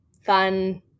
fun